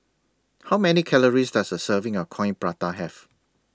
How Many Calories Does A Serving of Coin Prata Have